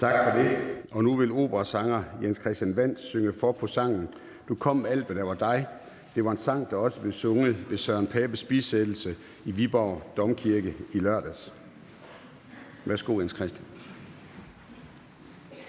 Tak for det. Nu vil operasanger Jens-Christian Wandt synge for på sangen »Du kom med alt det, der var dig«. Det var en sang, der også blev sunget ved Søren Papes bisættelse i Viborg Domkirke i lørdags. Værsgo, Jens-Christian